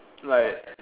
like